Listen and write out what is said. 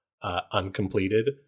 Uncompleted